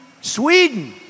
Sweden